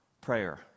prayer